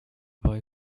boy